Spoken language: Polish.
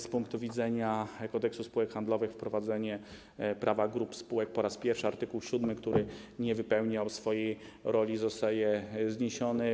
Z punktu widzenia Kodeksu spółek handlowych bardzo ważne jest wprowadzenie prawa grup spółek po raz pierwszy - art. 7, który nie wypełniał swojej roli, zostaje zniesiony.